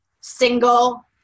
single